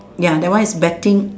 ya that one is betting